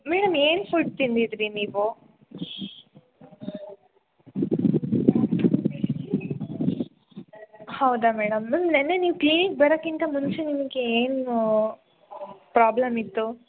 madam ಏನು food ತಿಂದಿದ್ರಿ ನೀವು ಹೌದಾ ಮೇಡಮ್ ನೆನ್ನೆ ನೀವು ಕ್ಲಿನಿಕ್ ಬರೋಕ್ಕಿಂತ ಮುಂಚೆ ನಿಮಗೆ ಏನು ಪ್ರಾಬ್ಲಮ್ ಇತ್ತು